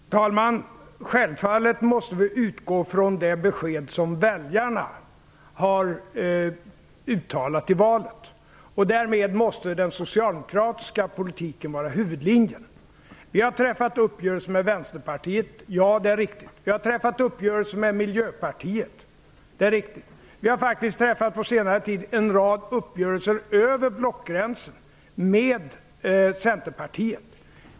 Herr talman! Självfallet måste vi utgå från det besked som väljarna har givit i valet. Därmed måste den socialdemokratiska politiken vara huvudlinjen. Det är riktigt att vi har träffat uppgörelser med Vänsterpartiet, och det är riktigt att vi har träffat uppgörelser med Miljöpartiet. Vi har faktiskt på senare tid träffat en rad uppgörelser över blockgränsen, med Centerpartiet.